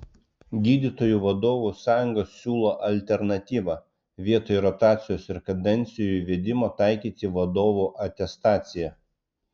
gydytojų vadovų sąjunga siūlo alternatyvą vietoj rotacijos ir kadencijų įvedimo taikyti vadovų atestaciją